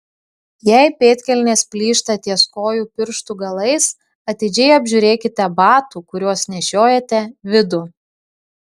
jei pėdkelnės plyšta ties kojų pirštų galais atidžiai apžiūrėkite batų kuriuos nešiojate vidų